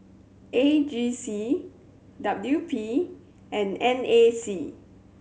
A G C W P and N A C